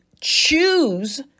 choose